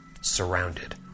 surrounded